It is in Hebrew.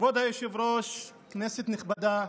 כבוד היושב-ראש, כנסת נכבדה,